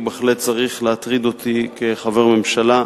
הוא בהחלט צריך להטריד אותי כחבר ממשלה.